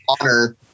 honor